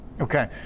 Okay